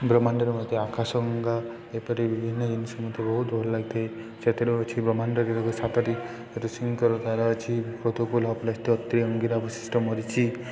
ବ୍ରହ୍ମାଣ୍ଡରେ ମଧ୍ୟ ଆକାଶ ଗଙ୍ଗା ଏପରି ବିଭିନ୍ନ ଜିନିଷ ମୋତେ ବହୁତ ଭଲ ଲାଗିଥାଏ ସେଥିରୁ ଅଛି ବ୍ରହ୍ମାଣ୍ଡରେ ସାତଟି ଋଷିଙ୍କର ତାରା ଅଛି ପ୍ରତକୂଲ ବଶିଷ୍ଟ ମରିଚି